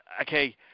okay